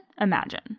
Imagine